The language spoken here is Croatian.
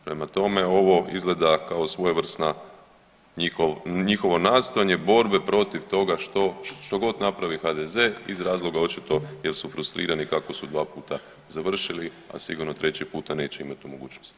Prema tome, ovo izgleda kao svojevrsno njihovo nastojanje borbe protiv toga što god napravi HDZ-e iz razloga očito jer su frustrirani kako su dva puta završili, a sigurno treći puta neće imati tu mogućnost.